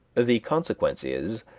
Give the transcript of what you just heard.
the consequence is,